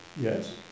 Yes